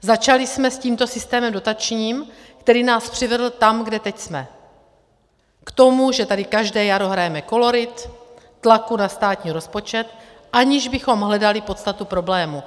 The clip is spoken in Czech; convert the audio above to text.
Začali jsme s tímto systémem dotačním, který nás přivedl tam, kde teď jsme, k tomu, že tady každé jaro hrajeme kolorit tlaku na státní rozpočet, aniž bychom hledali podstatu problému.